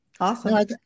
Awesome